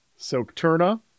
Socturna